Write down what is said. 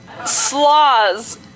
Slaws